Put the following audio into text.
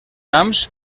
camps